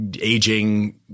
aging